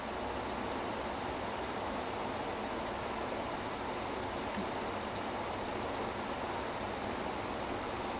or like either ice shards he can just place it at random locations than as flash runs through it he gets cut by them